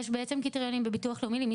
יש בעצם קריטריונים בביטוח לאומי למי